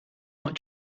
not